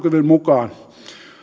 maksukyvyn mukaan